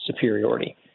superiority